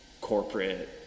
corporate